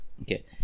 Okay